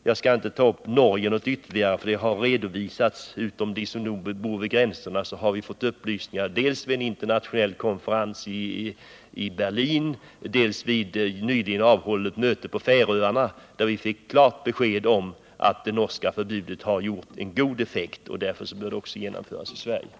Jag skall inte ytterligare ta upp förhållandena i Norge, för dessa har redan redovisats. Förutom situationen för dem som bor i gränstrakterna till Sverige har vi dels vid en internationell konferens i Berlin, dels vid ett nyligen avhållet möte på Färöarna fått klart besked om att det norska förbudet har haft en god effekt. Därför bör det också genomföras i Sverige.